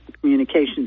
communications